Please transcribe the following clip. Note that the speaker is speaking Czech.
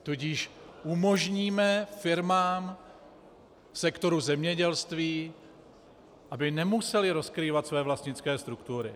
Tudíž umožníme firmám v sektoru zemědělství, aby nemusely rozkrývat své vlastnické struktury.